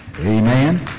Amen